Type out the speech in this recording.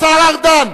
השר לנדאו,